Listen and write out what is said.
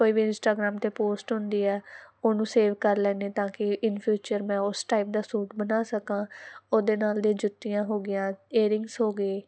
ਕੋਈ ਇੰਸਟਾਗਰਾਮ ਤੇ ਪੋਸਟ ਹੁੰਦੀ ਹ ਉਹਨੂੰ ਸੇਵ ਕਰ ਲੈਦੀ ਤਾਂ ਕਿ ਇਨ ਫਿਊਚਰ ਮੈਂ ਉਸ ਟਾਈਪ ਦਾ ਸੂਟ ਬਣਾ ਸਕਾਂ ਉਹਦੇ ਨਾਲ ਦੇ ਜੁੱਤੀਆਂ ਹੋ ਗਈਆਂ ਏਅਰਿੰਗਸ ਹੋ ਗਏ